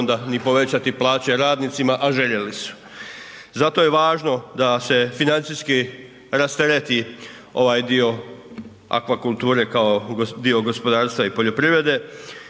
onda ni povećati plaće radnicima, a željeli su. Zato je važno da se financijski rastereti ovaj dio akvakulture kao dio gospodarstva i poljoprivrede